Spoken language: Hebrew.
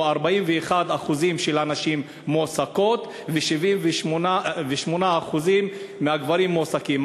41% מהנשים מועסקות ו-78% מהגברים מועסקים.